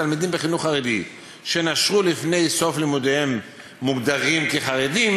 תלמידים בחינוך חרדים שנשרו לפני סוף לימודיהם מוגדרים כחרדים